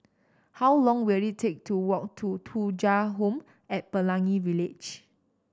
how long will it take to walk to Thuja Home at Pelangi Village